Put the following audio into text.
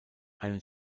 einen